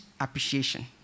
appreciation